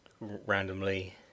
randomly